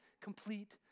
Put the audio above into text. complete